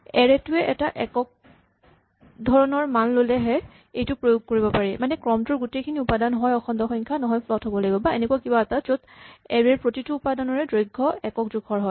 এৰে টোৱে এটা একক ধৰণৰ মান ল'লেহে এইটো প্ৰয়োগ কৰিব পাৰি মানে ক্ৰমটোৰ গোটেইখিনি উপাদান হয় অখণ্ড সংখ্যা নহয় ফ্লট হ'ব লাগিব বা এনেকুৱা কিবা য'ত এৰে ৰ প্ৰতিটো উপাদানৰে দৈৰ্ঘ একক জোখৰ হয়